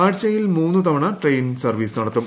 ആഴ്ചയിൽ ദൃതവണ train service നടത്തും